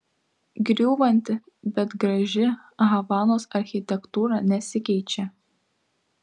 griūvanti bet graži havanos architektūra nesikeičia